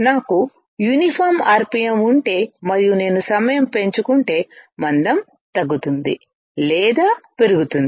నాకు uniform RPM ఉంటే మరియు నేను సమయం పెంచుకుంటే మందం తగ్గుతుంది లేదా పెరుగుతుంది